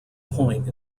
point